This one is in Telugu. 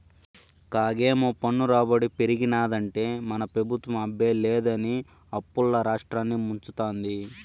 కాగేమో పన్ను రాబడి పెరిగినాదంటే మన పెబుత్వం అబ్బే లేదని అప్పుల్ల రాష్ట్రాన్ని ముంచతాంది